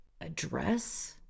address